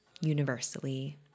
universally